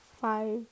five